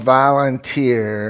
volunteer